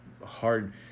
hard